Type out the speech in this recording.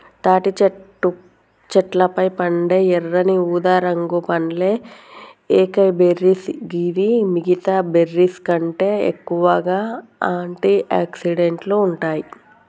తాటి చెట్లపై పండే ఎర్రని ఊదారంగు పండ్లే ఏకైబెర్రీస్ గివి మిగితా బెర్రీస్కంటే ఎక్కువగా ఆంటి ఆక్సిడెంట్లు ఉంటాయి